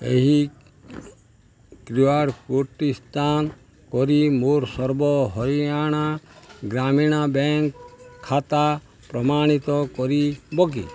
ଏହି Q R କୋଡ଼୍ଟି scan କରି ମୋର ସର୍ବ ହରିୟାଣା ଗ୍ରାମୀଣ ବ୍ୟାଙ୍କ ଖାତା ପ୍ରମାଣିତ କରିବ କି